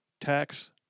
tax